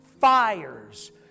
fires